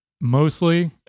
mostly